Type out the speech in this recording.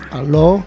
Hello